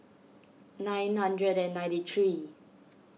nine hundred and ninety three